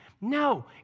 No